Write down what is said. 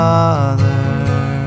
Father